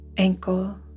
Ankle